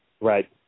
Right